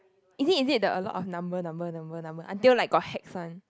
is it is it the a lot of number number number number until like got hax one